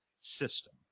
system